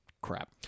crap